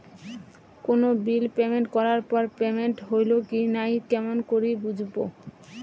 কোনো bill payment করার পর পেমেন্ট হইল কি নাই কেমন করি বুঝবো?